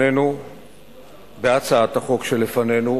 בהצעת החוק שלפנינו